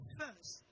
first